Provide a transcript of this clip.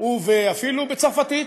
ואפילו בצרפתית.